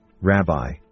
rabbi